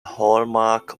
hallmark